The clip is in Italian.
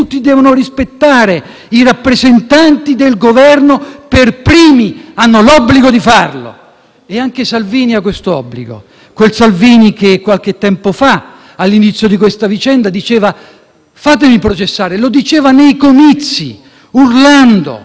e anche Salvini ha quest'obbligo; quel Salvini che, qualche tempo fa, all'inizio di questa vicenda diceva: «Fatemi processare!» Lo diceva nei comizi, urlando. Quando invece poi la richiesta è arrivata, forte e motivata, è scappato dal processo.